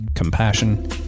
Compassion